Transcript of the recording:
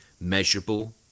measurable